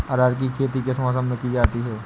अरहर की खेती किस मौसम में की जाती है?